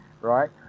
Right